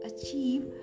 achieve